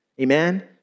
Amen